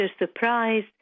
surprise